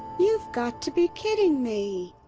you've got to be kidding me.